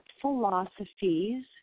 philosophies